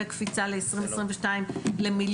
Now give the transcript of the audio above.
וקפיצה ל- 2022 למיליון,